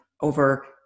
over